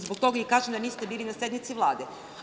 Zbog toga i kažem da niste bili na sednici Vlade.